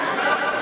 לחוקק,